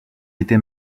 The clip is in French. était